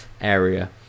area